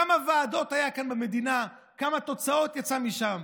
כמה ועדות היו כאן במדינה, וכמה תוצאות יצאו משם?